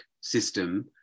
system